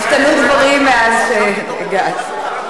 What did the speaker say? השתנו דברים מאז שהגעתְ.